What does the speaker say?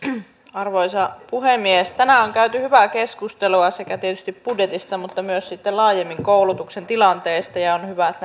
arvoisa puhemies tänään on käyty hyvää keskustelua sekä tietysti budjetista että myös sitten laajemmin koulutuksen tilanteesta ja on hyvä että